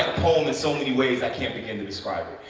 and so many ways i can't begin to describe it.